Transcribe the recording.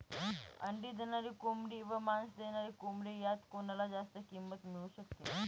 अंडी देणारी कोंबडी व मांस देणारी कोंबडी यात कोणाला जास्त किंमत मिळू शकते?